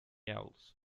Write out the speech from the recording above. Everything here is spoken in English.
else